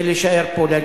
ולהישאר פה.